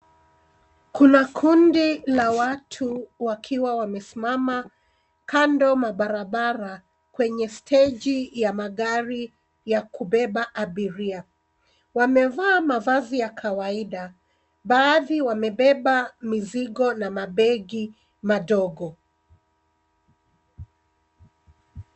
Kuna kundi la watu wakiwa wamesimama kando mabarabara, kwenye steji ya magari ya kubeba abiria. Wamevaa mavazi ya kawaida, baadhi wamebeba mizigo na mabegi madogo.